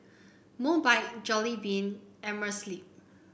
Mobike Jollibean and Amerisleep